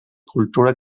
cultura